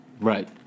Right